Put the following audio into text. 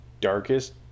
darkest